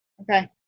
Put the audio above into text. Okay